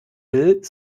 will